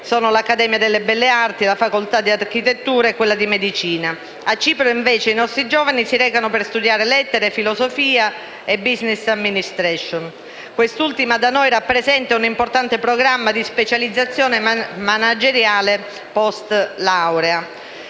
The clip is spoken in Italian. sono l'Accademia di Belle Arti, le facoltà di architettura e medicina. A Cipro, invece, i nostri giovani si recano per studiare lettere, filosofia e *business administration*. Quest'ultima da noi rappresenta un importante programma di specializzazione manageriale *post lauream*.